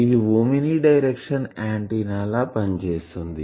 ఇది omni direction antenna లా పని చేస్తుంది